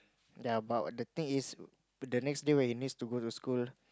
ya but the thing is but the next day when he needs to go to school